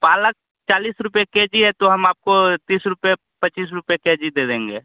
पालक चालीस रुपये के जी है तो हम आपको तीस रुपये पच्चीस रुपये के जी दे देंगे